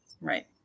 Right